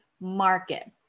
market